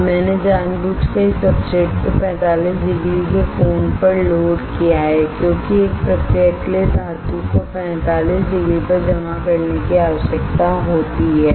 अब मैंने जानबूझकर इस सब्सट्रेट को 45 डिग्री के कोण पर लोड किया है क्योंकि एक प्रक्रिया के लिए धातु को 45 डिग्री पर जमा करने की आवश्यकता होती है